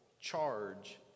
Charge